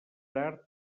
tard